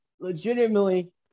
legitimately